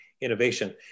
innovation